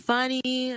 Funny